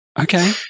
Okay